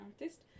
artist